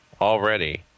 already